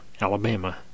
Alabama